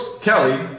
Kelly